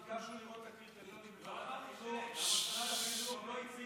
ביקשנו ממשרד החינוך לראות את הקריטריונים ומשרד החינוך לא הציג אותם.